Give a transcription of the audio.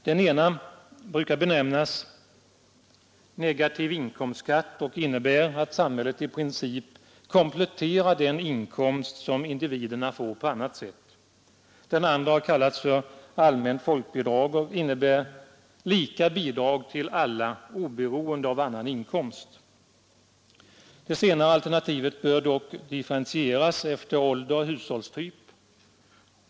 Den ena brukar benämnas negativ inkomstskatt och innebär att samhället i princip kompletterar den inkomst som individerna får på annat sätt. Den andra har kallats för allmänt folkbidrag och innebär lika bidrag till alla oberoende av annan inkomst. Det senare alternativet bör dock differentieras efter ålder och hushållstyp.